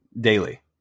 daily